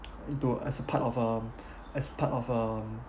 into as a part of um as part of um